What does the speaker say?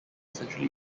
centrally